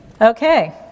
Okay